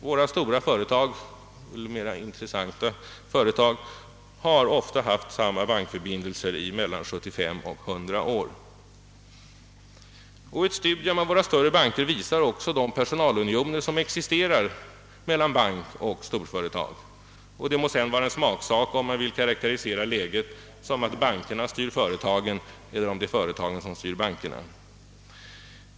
Våra stora företag — eller mera intressanta företag — har ofta haft samma bankförbindelser i mellan 75 och 100 år. Ett studium av våra stora banker visar också vilka personalunioner som existerar mellan bankoch storföretag. Sedan må det vara en smaksak om man vill karakterisera läget som att bankerna styr företagen eller att företagen styr bankerna.